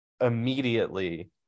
immediately